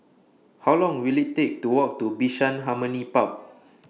How Long Will IT Take to Walk to Bishan Harmony Park